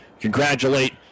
congratulate